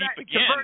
again –